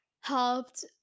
helped